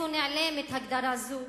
לאן נעלמת הגדרה זו